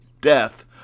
death